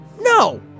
No